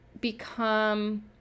become